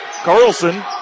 Carlson